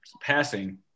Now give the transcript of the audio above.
passing